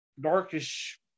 darkish